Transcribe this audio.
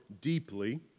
deeply